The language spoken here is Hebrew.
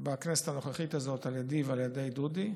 בכנסת הנוכחית, על ידיי ועל ידי דודי.